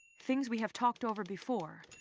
things we have talked over before,